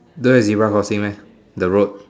don't have zebra crossing meh the road